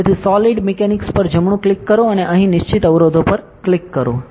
તેથી solid mechanics પર જમણું ક્લિક કરો અને અહીં નિશ્ચિત અવરોધો પર ક્લિક કરો